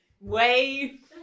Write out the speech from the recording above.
wave